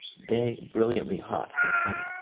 day brilliantly hot and sunny.